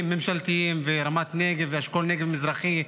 ממשלתיים ורמת הנגב ואשכול נגב מזרחי,